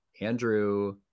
Andrew